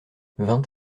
vingt